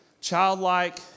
Childlike